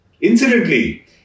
Incidentally